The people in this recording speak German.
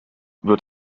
wird